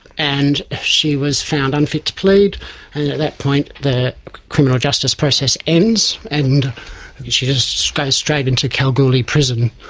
and she was found unfit to plead, and at that point the criminal justice process ends and she just goes straight into kalgoorlie prison.